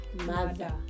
Mother